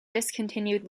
discontinued